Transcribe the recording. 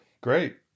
great